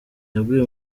yabwiye